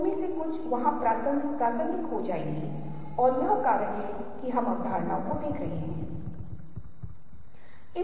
दर्शन मनोविज्ञान और संज्ञानात्मक विज्ञान में चीजों के विवरण में जाने के बिना संवेदी सूचनाओं के बारे में जागरूकता या समझ हासिल करने की प्रक्रिया है